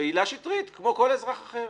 בעילה שטרית, כמו כל אזרח אחר.